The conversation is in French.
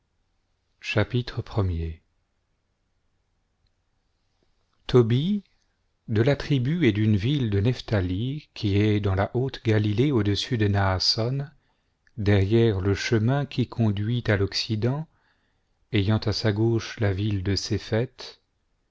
chapitre i tobie de la tribu et d'une ville de nephthali qui est dans la haute galilée au-dessus de naasson derrière le chemin qui conduit à l'occident ayant à sa gauche la ville de séphet